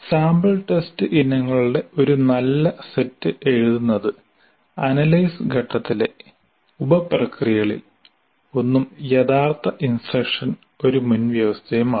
sample test ഇനങ്ങളുടെ ഒരു നല്ല സെറ്റ് എഴുതുന്നത് അനലൈസ് ഘട്ടത്തിലെ ഉപപ്രക്രിയകളിൽ ഒന്നും യഥാർത്ഥ ഇൻസ്ട്രക്ഷന് ഒരു മുൻവ്യവസ്ഥയുമാണ്